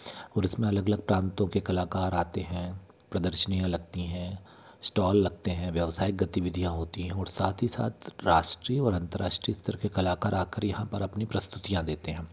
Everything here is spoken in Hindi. और इस में अलग अलग प्रांतों के कलाकार आते हैं प्रदर्शनियाँ लगती हैं स्टाॅल लगते हैं व्यवसायिक गतिविधियाँ होती हैं ओर साथ ही साथ राष्ट्रीय और अन्तर्राष्ट्री स्तर के कलाकार आ कर यहाँ पर अपनी प्रस्तुतियाँ देते हैं